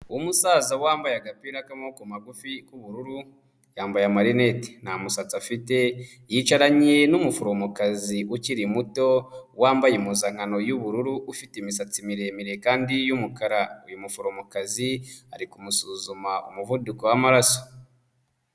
Umusaza wambaye agapira k'amaboko magufi k'ubururu yambaye amarinete, nta musatsi afite yicaranye n'umuforomokazi ukiri muto wambaye impuzankano y'ubururu ufite imisatsi miremire kandi y'umukara, uyu muforomokazi ari kumusuzuma umuvuduko w'amaraso.